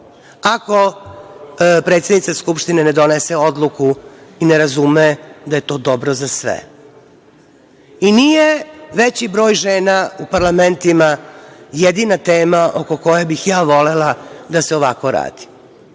ako predsednica Skupštine ne donese odluku i ne razume da je to dobro za sve. Nije veći broj žena u parlamentima jedina tema oko koje bih ja volela da se ovako radi.